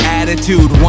attitude